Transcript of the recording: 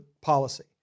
policy